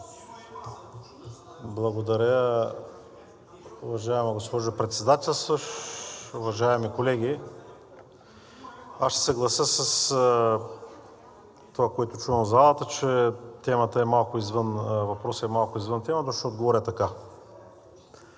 Благодаря, уважаема госпожо Председателстваща, уважаеми колеги! Аз ще съглася с това, което чувам в залата, че въпросът е малко извън темата, и ще отговоря така: